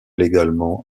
légalement